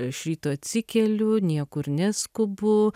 iš ryto atsikeliu niekur neskubu